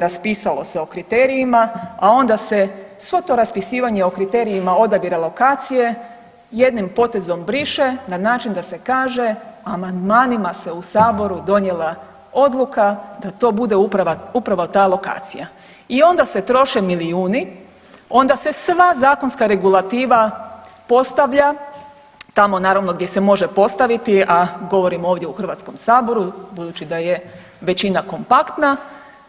Raspisalo se o kriterijima, a onda se svo to raspisivanje o kriterijima odabira lokacije jednim potezom briše na način da se kaže amandmanima se u saboru donijela odluka da to bude upravo ta lokacija i onda se troše milijuni, onda se sva zakonska regulativa postavlja tamo naravno gdje se može postaviti, a govorimo ovdje u Hrvatskom saboru budući da je većina kompaktna